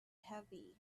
heavy